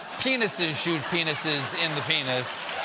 penises shoot penises in the penis.